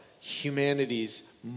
humanity's